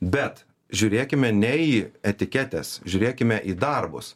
bet žiūrėkime ne į etiketes žiūrėkime į darbus